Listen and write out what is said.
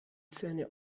zähne